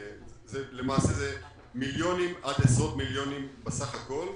למעשה זה מיליונים עד עשרות מיליונים בסך הכול,